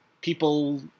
people